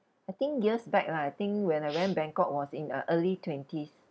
I think years back lah I think when I went bangkok it was in uh early twenties